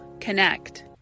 connect